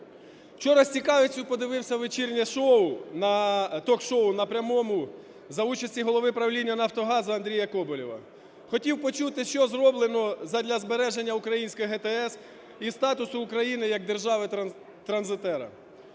Вчора з цікавістю подивився вечірнє шоу, ток-шоу на "Прямому" за участю голови правління "Нафтогазу" Андрія Коболєва. Хотів почути, що зроблено задля збереження української ГТС і статусу України як держави-транзитера.